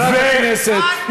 אל תפריעי לי.